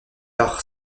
par